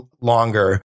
longer